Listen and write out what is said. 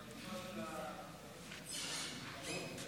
מכובדי היושב-ראש,